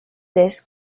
this